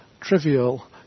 trivial